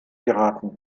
piraten